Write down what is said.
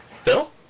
Phil